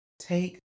take